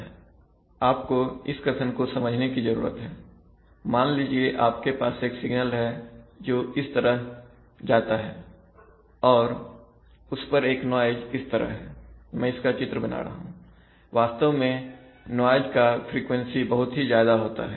आपको इस कथन को समझने की जरूरत है मान लीजिए आपके पास एक सिग्नल है जो इस तरह जाता है और उस पर एक नाइज इस तरह है मैं इसका चित्र बना रहा हूं वास्तव में नाइज का फ्रीक्वेंसी बहुत ज्यादा होता है